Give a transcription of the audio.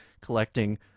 collecting